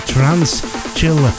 Transchill